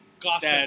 Gossip